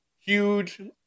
huge